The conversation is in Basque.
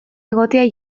egotea